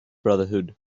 brotherhood